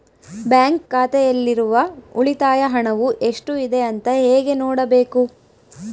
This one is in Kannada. ಬ್ಯಾಂಕ್ ಖಾತೆಯಲ್ಲಿರುವ ಉಳಿತಾಯ ಹಣವು ಎಷ್ಟುಇದೆ ಅಂತ ಹೇಗೆ ನೋಡಬೇಕು?